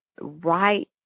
right